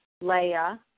Leah